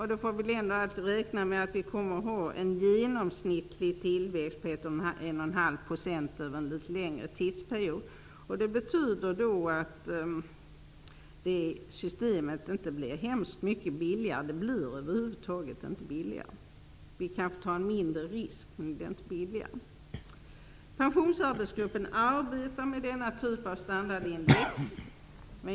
Vi får räkna med en genomsnittlig tillväxt på 1,5 % över en litet längre tidsperiod. Det betyder att detta system inte blir så mycket billigare. Över huvud taget blir det inte billigare, men vi behöver kanske inte ta så stora risker. Pensionsarbetsgruppen arbetar med denna typ av standardindex.